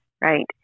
right